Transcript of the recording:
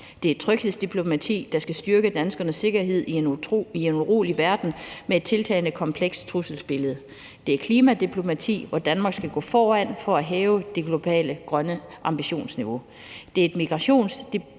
Det er et tryghedsdiplomati, der skal styrke danskernes sikkerhed i en urolig verden med et tiltagende komplekst trusselsbillede. Det er et klimadiplomati, hvor Danmark skal gå foran for at hæve det globale grønne ambitionsniveau. Det er et migrationsdiplomati,